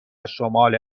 شمال